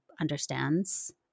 understands